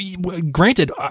Granted